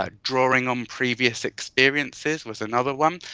ah drawing on previous experiences was another one.